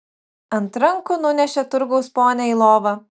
ant rankų nunešė turgaus ponią į lovą